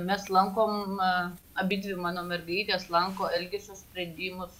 mes lankom abidvi mano mergaitės lanko elgesio sprendimus